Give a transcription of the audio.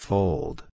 Fold